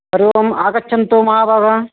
हरिः ओम् आगच्छन्तु महाभाग